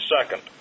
second